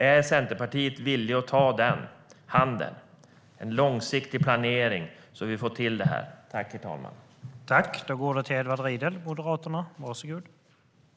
Är Centerpartiet villigt att ta den utsträckta handen och göra en långsiktig planering?